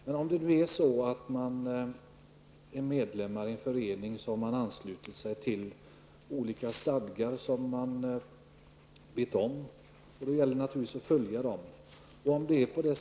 Har man anslutit sig till en förening som har olika stadgar som man vet om, gäller det naturligtvis att följa dessa stadgar.